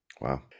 Wow